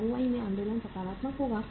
ROI में आंदोलन सकारात्मक होगा